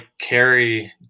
carry